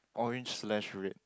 orange slash red